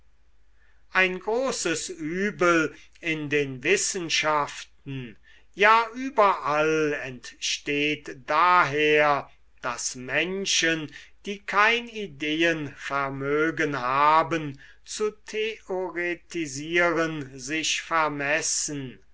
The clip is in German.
ein großes übel in den wissenschaften ja überall entsteht daher daß menschen die kein ideenvermögen haben zu theoretisieren sich vermessen